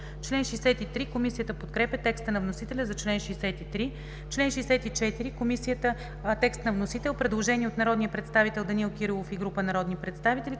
Комисията подкрепя текста на вносителя за чл. 63. Член 64 – текст на вносител. Предложение от народния представител Данаил Кирилов и група народни представители.